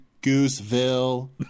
Gooseville